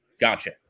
Gotcha